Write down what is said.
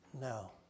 No